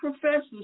professors